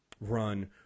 run